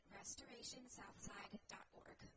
RestorationSouthside.org